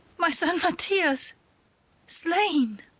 my son mathias slain!